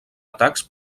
atacs